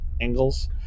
angles